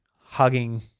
hugging